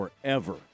forever